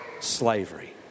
slavery